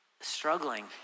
struggling